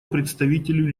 представителю